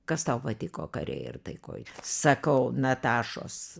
kas tau patiko kare ir taikoj sakau natašos